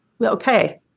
Okay